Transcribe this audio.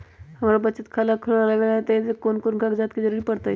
हमरा बचत खाता खुलावेला है त ए में कौन कौन कागजात के जरूरी परतई?